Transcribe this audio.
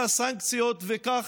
מחוקק.